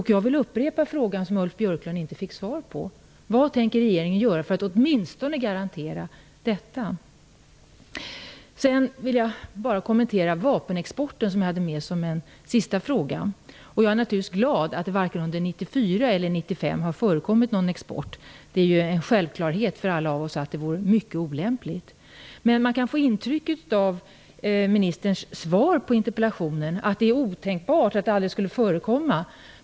Jag vill upprepa den fråga som Ulf Björklund inte fick svar på. Vad tänker regeringen göra för att åtminstone garantera detta? Jag vill också bara kommentera frågan om vapenexporten, som jag hade med som en sista fråga. Jag är naturligtvis glad över att det inte har förekommit någon export vare sig under 1994 eller 1995. Det är en självklarhet för oss alla att det vore mycket olämpligt. Av ministerns svar på interpellationen kan man få intrycket att det är otänkbart, att det aldrig skulle förekomma.